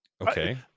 Okay